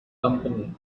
company